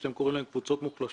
שאתם קוראים להם קבוצות מוחלשות,